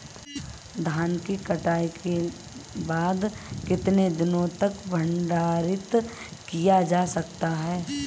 धान की कटाई के बाद कितने दिनों तक भंडारित किया जा सकता है?